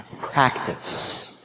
practice